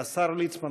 והשר ליצמן,